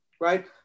right